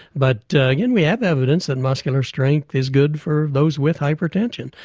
but again we have evidence that muscular strength is good for those with hypertension.